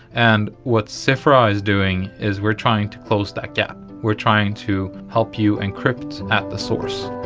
and what zifra is doing is we are trying to close that gap. we are trying to help you encrypt at the source.